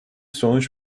sonuç